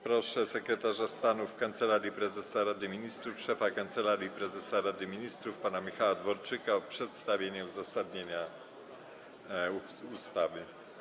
Proszę sekretarza stanu w Kancelarii Prezesa Rady Ministrów, szefa Kancelarii Prezesa Rady Ministrów pana Michała Dworczyka o przedstawienie uzasadnienia ustawy.